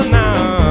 now